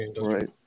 right